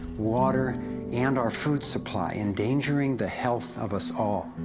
water and our food supply, endangering the health of us all,